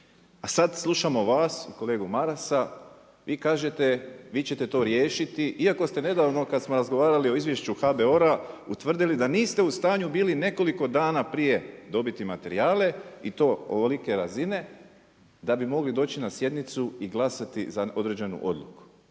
A sad slušamo vas i kolegu Marasa, vi kažete vi ćete to riješiti iako ste nedavno kad smo razgovarali o izvješću HBOR-a utvrdili da niste u stanju bili nekoliko dana prije dobiti materijale i to ovolike razine da bi mogli doći na sjednicu i glasati za određenu odluku.